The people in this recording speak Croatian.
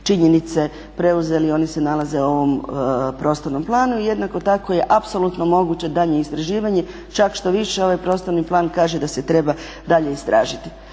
činjenice preuzeli i oni se nalaze u ovom prostornom planu. I jednako tako je apsolutno moguće daljnje istraživanje, čak štoviše ovaj prostorni plan kaže da se treba dalje istražiti.